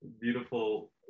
beautiful